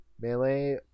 melee